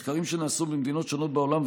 מחקרים שנעשו במדינות שונות בעולם,